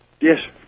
yes